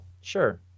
Sure